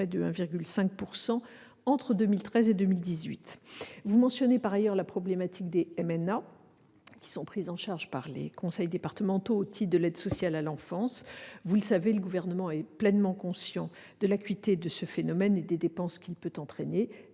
de 1,5 % entre 2013 et 2018. Vous mentionnez par ailleurs la problématique des MNA pris en charge par les conseils départementaux au titre de l'aide sociale à l'enfance. Vous le savez, le Gouvernement est pleinement conscient de l'acuité de ce phénomène et des dépenses qu'il peut entraîner.